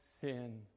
sin